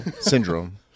syndrome